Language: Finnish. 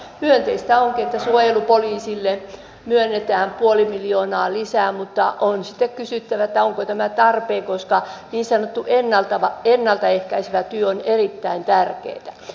myönteistä onkin että suojelupoliisille myönnetään puoli miljoonaa lisää mutta on kysyttävä onko tämä tarpeen koska niin sanottu ennalta ehkäisevä työ on erittäin tärkeätä